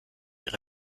ihre